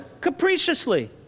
capriciously